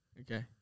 Okay